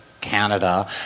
Canada